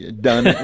Done